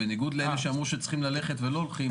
בניגוד לאלה שאמרו שהם צריכים ללכת ולא הולכים,